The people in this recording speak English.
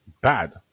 bad